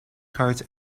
cards